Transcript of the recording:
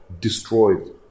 destroyed